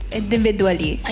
individually